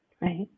right